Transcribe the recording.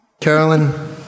Carolyn